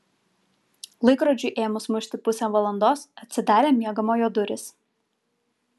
laikrodžiui ėmus mušti pusę valandos atsidarė miegamojo durys